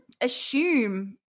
assume